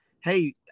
Hey